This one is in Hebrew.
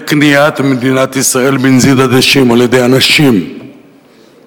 לקניית מדינת ישראל בנזיד עדשים או על-ידי אנשים שעוד